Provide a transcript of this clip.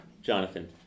Jonathan